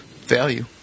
value